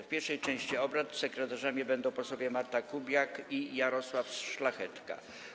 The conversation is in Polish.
W pierwszej części obrad sekretarzami będą posłowie Marta Kubiak i Jarosław Szlachetka.